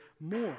more